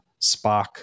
Spock